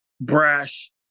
brash